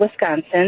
Wisconsin